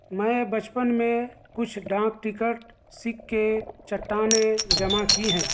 میں بچپن میں کچھ ڈانک ٹکٹ سکے چٹانیں جمع کی ہیں